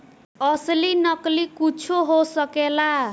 असली नकली कुच्छो हो सकेला